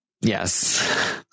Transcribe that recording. yes